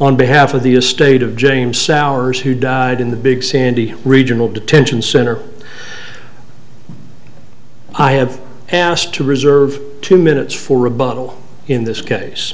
on behalf of the estate of james sours who died in the big sandy regional detention center i have asked to reserve two minutes for rebuttal in this case